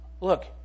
Look